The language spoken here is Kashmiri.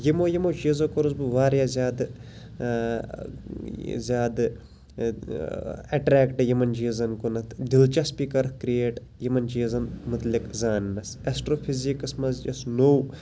یِمو یِمو چیٖزو کوٚرُس بہٕ واریاہ زیادٕ زیادٕ اَٹریکٹ یِمَن چیٖزَن کُنَتھ دِلچَسپی کٔرٕکھ کریٹ یِمَن چیٖزَن مُتعلِق زاننَس ایٚسٹرو فِزِکٕس مَنٛز یۄس نوٚو